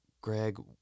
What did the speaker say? Greg